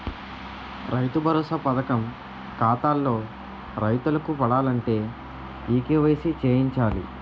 రైతు భరోసా పథకం ఖాతాల్లో రైతులకు పడాలంటే ఈ కేవైసీ చేయించాలి